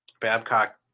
Babcock